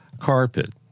carpet